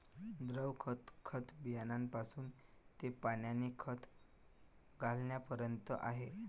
द्रव खत, खत बियाण्यापासून ते पाण्याने खत घालण्यापर्यंत आहे